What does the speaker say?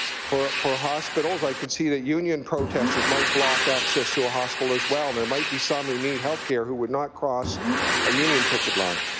for for hospitals i can see a union protestors might block access to a hospital as well. there might be some who need health care who would not cross a union picket line.